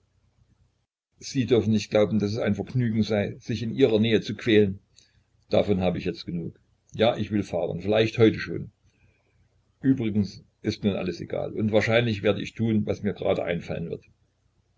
sie dürfen nicht glauben daß es ein vergnügen sei sich in ihrer nähe zu quälen davon hab ich jetzt genug ja ich will fahren vielleicht heute schon übrigens ist nur alles egal und wahrscheinlich werde ich tun was mir grade einfallen wird